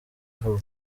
vuba